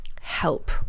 help